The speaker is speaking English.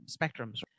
spectrums